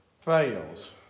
fails